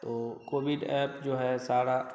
तो Covid app जो है सारा